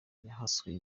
yahaswe